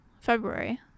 February